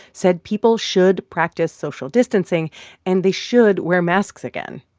said people should practice social distancing and they should wear masks again.